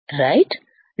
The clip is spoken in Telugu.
సరే